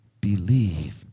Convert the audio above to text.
believe